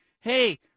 hey